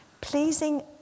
Pleasing